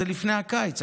זה לפני הקיץ.